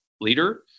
leader